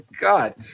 God